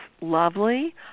lovely